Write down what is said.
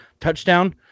touchdown